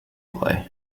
play